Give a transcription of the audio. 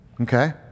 okay